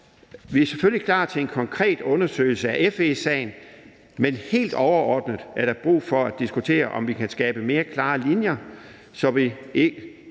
Vi er selvfølgelig klar til en konkret undersøgelse af FE-sagen, men helt overordnet er der brug for at diskutere, om vi kan skabe mere klare linjer, så vi ikke